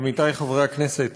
עמיתי חברי הכנסת,